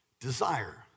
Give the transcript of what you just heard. Desire